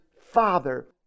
father